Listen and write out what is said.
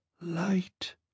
Light